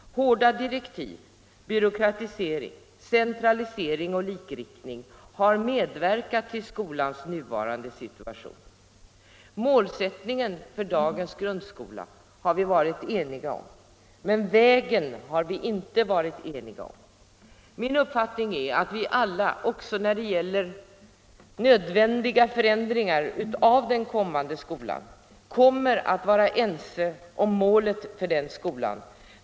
Hårda direktiv, byråkratisering, centralisering och likriktning har medverkat till skolans nuvarande situation. Målsättningen för dagens grundskola har vi varit eniga om, men vägen har vi inte varit eniga om. Min förhoppning är att alla, också när det gäller nödvändiga förändringar av den kommande skolan, skall vara ense om målet för den skolan.